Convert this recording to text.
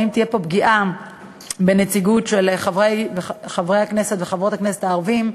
האם תהיה פה פגיעה בנציגות של חברי הכנסת וחברות הכנסת הערבים.